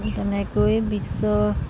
তেনেকৈ বিশ্ব